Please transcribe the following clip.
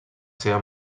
seva